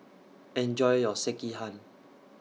Enjoy your Sekihan